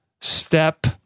step